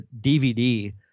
DVD